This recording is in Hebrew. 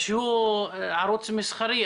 שהוא ערוץ מסחרי,